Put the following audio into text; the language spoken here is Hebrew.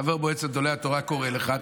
חבר מועצת גדולי התורה קורא לך,